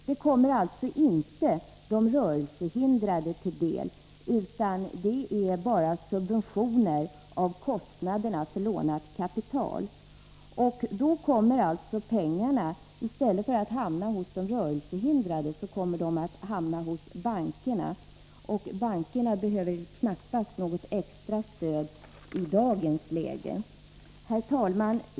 Det kommer alltså inte de rörelsehindrade till del, utan är bara subventioner av kostnaderna för lånat kapital. I stället för att hamna hos de rörelsehindrade kommer pengarna att hamna hos bankerna, och de behöver knappast något extra stöd i dagens läge. Herr talman!